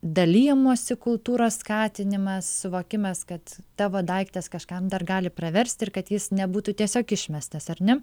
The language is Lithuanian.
dalijimosi kultūros skatinimas suvokimas kad tavo daiktas kažkam dar gali praversti ir kad jis nebūtų tiesiog išmestas ar ne